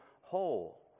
whole